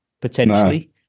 potentially